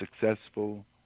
successful